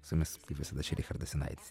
su jumis kaip visada čia richardas jonaitis